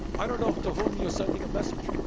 i don't know to whom you're sending a message.